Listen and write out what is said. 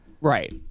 Right